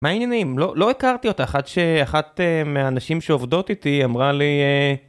מה העניינים? לא הכרתי אותך עד שאחת מהנשים שעובדות איתי אמרה לי...